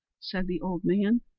said the old man.